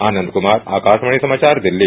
आनंद कुमार आकाशवाणी समाचार दिल्ली